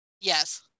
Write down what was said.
Yes